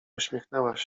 uśmiechnęłaś